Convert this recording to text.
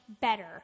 better